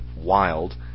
wild